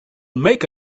make